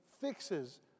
fixes